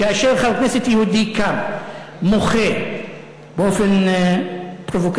כאשר חבר כנסת יהודי קם, מוחה באופן פרובוקטיבי,